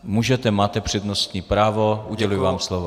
Můžete, máte přednostní právo, uděluji vám slovo.